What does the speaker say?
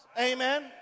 Amen